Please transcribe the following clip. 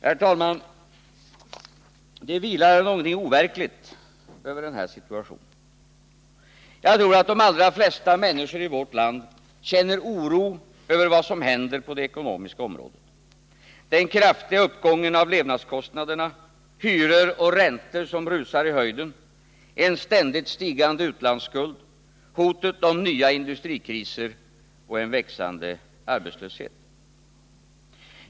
Herr talman! Det vilar någonting overkligt över den här situationen. Jag tror att de allra flesta människor i vårt land känner oro över vad som händer på det ekonomiska området — den kraftiga uppgången av levnadskostnaderna, hyror och räntor som rusar i höjden, en ständigt stigande utlandsskuld, hotet om nya industrikriser och en växande arbetslöshet.